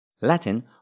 Latin